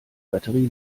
batterie